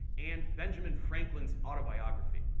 and benjamin franklin's autobiography.